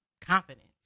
confidence